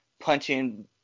punching